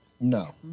No